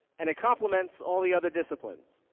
and it compliments all the other disciplines.